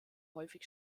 häufig